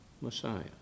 Messiah